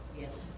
Yes